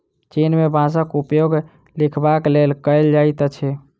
चीन में बांसक उपयोग लिखबाक लेल कएल जाइत अछि